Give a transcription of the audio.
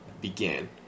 began